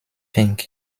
thing